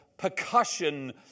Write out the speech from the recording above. percussion